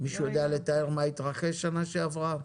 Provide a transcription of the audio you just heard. מישהו יודע לתאר מה התרחש שנה שעברה?